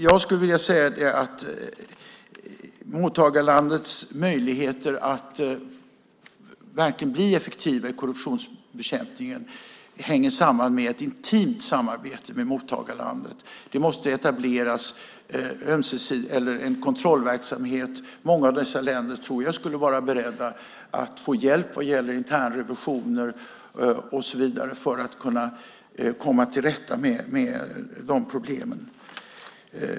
Jag skulle vilja säga att mottagarlandets möjligheter att verkligen bli effektivare i korruptionsbekämpningen hänger samman med ett intimt samarbete med givarlandet. Det måste etableras en kontrollverksamhet. Jag tror att många av dessa länder skulle vara beredda att få hjälp vad gäller internrevisioner och så vidare för att kunna komma till rätta med problemen.